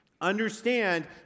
Understand